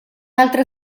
altro